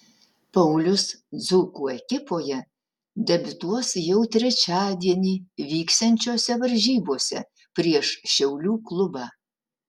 paulius dzūkų ekipoje debiutuos jau trečiadienį vyksiančiose varžybose prieš šiaulių klubą